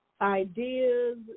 ideas